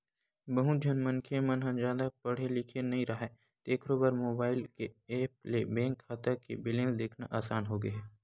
बहुत झन मनखे मन ह जादा पड़हे लिखे नइ राहय तेखरो बर मोबईल के ऐप ले बेंक खाता के बेलेंस देखना असान होगे हे